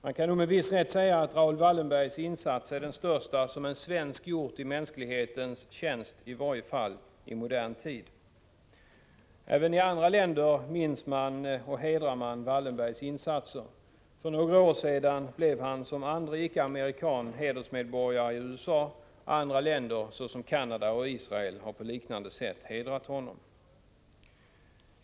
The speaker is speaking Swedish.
Man kan med viss rätt säga att Raoul Wallenbergs insats är den största som en svensk gjort i mänsklighetens tjänst, i varje fall i modern tid. Även i andra länder minns man och hedrar man Wallenbergs insatser. För några år sedan blev han som andre icke-amerikan hedersmedborgare i USA. Vidare har exempelvis Canada och Israel på liknande sätt hedrat honom.